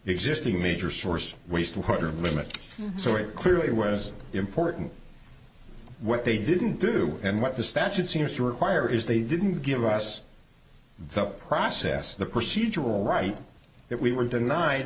existing major source wastewater limit so it clearly was important what they didn't do and what the statute seems to require is they didn't give us the process the procedural right that we were denied